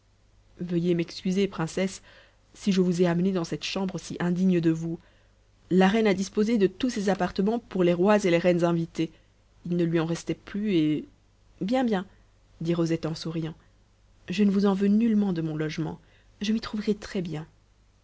veuillez m'excuser princesse si je vous ai amenée dans cette chambre si indigne de vous la reine a disposé de tous ses appartements pour les rois et les reines invités il ne lui en restait plus et bien bien dit rosette en souriant je ne vous en veux nullement de mon logement je m'y trouverai très bien